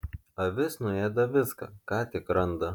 avis nuėda viską ką tik randa